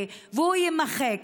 יש לך עוד רעיונות?